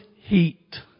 heat